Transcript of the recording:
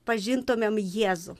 pažintumėm jėzų